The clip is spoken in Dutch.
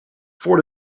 voor